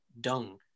dung